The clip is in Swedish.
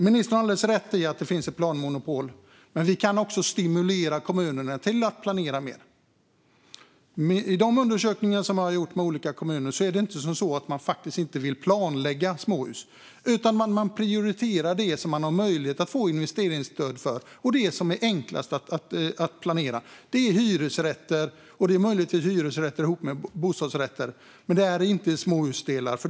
Ministern har alldeles rätt i att det finns ett planmonopol, men vi kan också stimulera kommunerna till att planera mer. I de undersökningar som har gjorts med olika kommuner framkommer att det inte är så att de inte vill planlägga småhus, utan de prioriterar det som de kan få investeringsstöd för och det som är enklast att planera, nämligen hyresrätter, möjligtvis ihop med bostadsrätter, men inte småhusdelar.